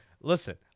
Listen